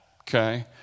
Okay